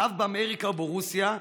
ואף באמריקה או ברוסיה,